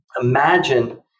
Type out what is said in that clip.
imagine